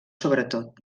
sobretot